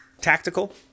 tactical